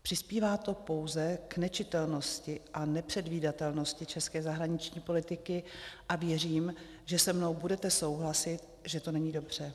Přispívá to pouze k nečitelnosti a nepředvídatelnosti české zahraniční politiky a věřím, že se mnou budete souhlasit, že to není dobře.